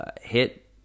hit